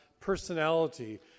personality